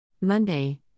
Monday